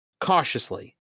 cautiously